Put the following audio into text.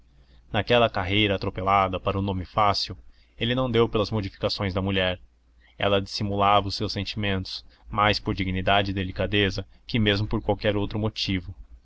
naquela carreira atropelada para o nome fácil ele não deu pelas modificações da mulher ela dissimulava os seus sentimentos mais por dignidade e delicadeza que mesmo por qualquer outro motivo